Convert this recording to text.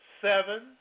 seven